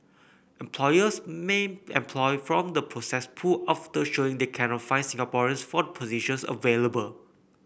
employers may employ from the processed pool after showing they cannot find Singaporeans for the positions available